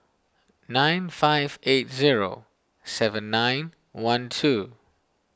nine five eight zero seven nine one two